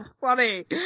funny